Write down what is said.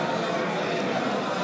(תיקון,